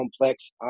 complex